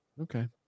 Okay